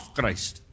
Christ